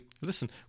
listen